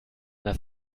das